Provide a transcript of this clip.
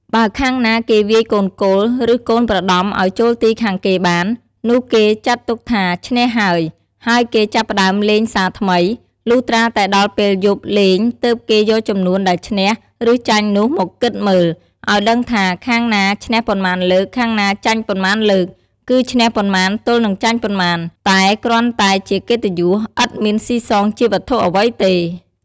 បើខាងណាគេវាយកូនគោល ឬកូនប្រដំឲ្យចូលទីខាងគេបាន នោះគេចាត់ទុកថាឈ្នះហើយ ហើយគេចាប់ផ្ដើមលេងសារថ្មី លុះត្រាតែដល់ពេលឈប់លេងទើបគេយកចំនួនដែលឈ្នះ ឬចាញ់នោះមកគិតមើល ឲ្យដឹងថាខាងណាឈ្នះប៉ុន្មានលើក ខាងណាចាញ់ប៉ុន្មានលើក គឹឈ្នះប៉ុន្មានទល់នឹងចាញ់ប៉ុន្មាន តែគ្រាន់តែជាកិត្តិយស ឥតមានសុីសងជាវត្ថុអ្វីទេ។